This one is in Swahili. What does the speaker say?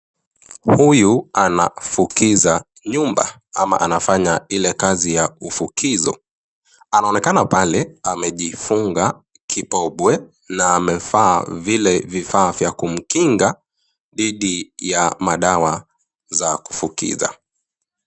Huyu anafukiza nyumba ama anafanya Ile kazi ya ufukizo. Anaonekana pale amejifunga kibobwe na amevaa zile vifaa vya kumkinga dhidi ya madawa za kufukiza